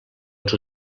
els